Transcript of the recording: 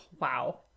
Wow